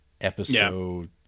episode